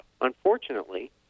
Unfortunately